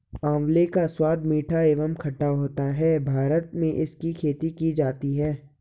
आंवले का स्वाद मीठा एवं खट्टा होता है भारत में इसकी खेती की जाती है